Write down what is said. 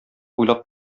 уйлап